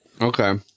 Okay